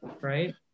Right